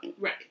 Right